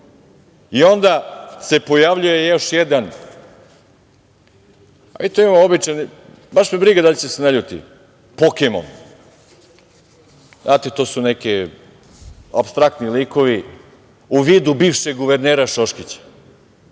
se pojavljuje još jedan, mi to imamo običaj, baš me briga da li će da se naljuti, Pokemon. Znate, to su neki apstraktni likovi u vidu bivšeg guvernera Šoškića,